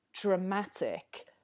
dramatic